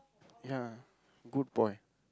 ya good boy